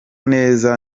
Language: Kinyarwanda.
neza